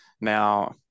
Now